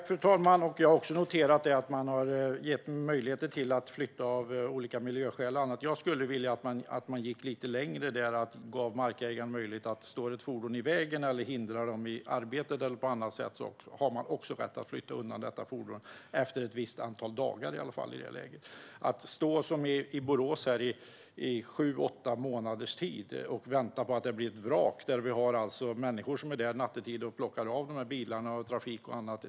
Fru talman! Jag har också noterat att man har gett möjligheter till flytt av olika miljöskäl och annat. Jag skulle dock vilja att man gick lite längre och gav markägaren rätt att flytta undan ett fordon som står i vägen eller är ett hinder i arbetet eller på annat sätt, i alla fall efter ett visst antal dagar. Det ska inte vara som i Borås att en bil står i sju åtta månaders tid och väntar på att bli ett vrak, där det är människor där nattetid och plockar av bilen, trafik och annat.